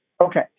Okay